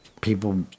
people